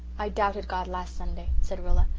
i doubted god last sunday, said rilla,